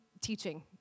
teaching